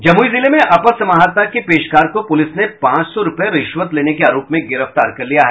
जमुई जिले में अपर समाहर्ता के पेशकार को पुलिस ने पांच सौ रूपये रिश्वत लेने के आरोप में गिरफ्तार कर लिया है